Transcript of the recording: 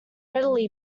readily